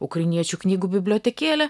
ukrainiečių knygų bibliotekėlę